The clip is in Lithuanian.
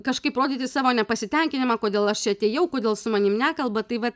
kažkaip rodyti savo nepasitenkinimą kodėl aš čia atėjau kodėl su manim nekalba tai vat